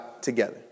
together